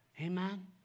Amen